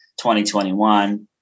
2021